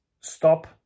stop